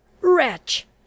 Wretch